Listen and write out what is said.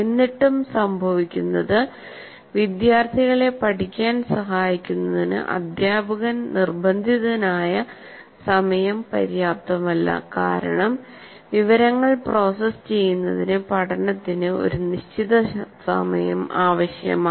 എന്നിട്ടും സംഭവിക്കുന്നത് വിദ്യാർത്ഥികളെ പഠിക്കാൻ സഹായിക്കുന്നതിന് അധ്യാപകൻ നിർബന്ധിതനായ സമയം പര്യാപ്തമല്ല കാരണം വിവരങ്ങൾ പ്രോസസ്സ് ചെയ്യുന്നതിന് പഠനത്തിന് ഒരു നിശ്ചിത സമയം ആവശ്യമാണ്